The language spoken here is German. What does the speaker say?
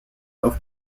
auf